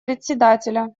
председателя